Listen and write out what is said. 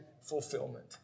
fulfillment